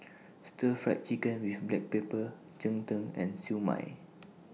Stir Fry Chicken with Black Pepper Cheng Tng and Siew Mai